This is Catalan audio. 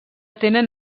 tenen